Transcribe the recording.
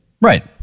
Right